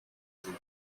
joue